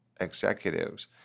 executives